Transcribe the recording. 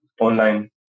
online